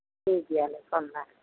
ᱴᱷᱤᱠᱜᱮᱭᱟ ᱞᱮ ᱯᱷᱳᱱ ᱮᱫᱟ